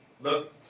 look